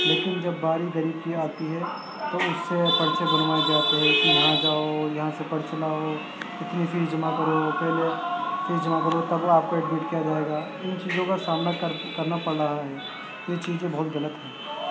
لیكن جب باری غریب کی آتی ہے تو اس سے پرچے بنوائے جاتے ہیں یہاں جاؤ یہاں سے پرچی لاؤ اتنی فیس جمع كرو پہلے فیس جمع کرو تب آپ كو ایڈمٹ کیا جائے گا ان چیزوں کا سامنا کرنا پڑ رہا ہے یہ چیزیں بہت غلط ہیں